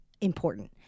important